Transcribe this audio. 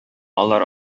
алар